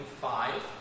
five